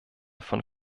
von